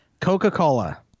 Coca-Cola